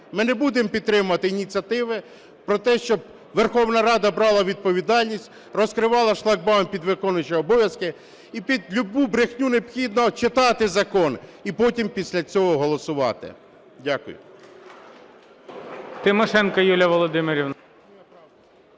Ми не будемо підтримувати ініціативи про те, щоб Верховна Рада брала відповідальність, розкривала шлагбаум під виконуючого обов'язки і під любу брехню. Необхідно читати закон і потім після цього голосувати. Дякую.